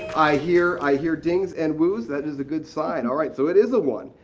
i hear i hear dings and woos. that is a good sign. alright, so it is one.